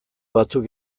batzuk